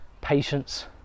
patience